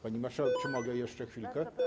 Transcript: Pani marszałek, czy mogę jeszcze chwilkę?